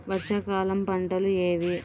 వర్షాకాలం పంటలు ఏవి?